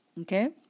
Okay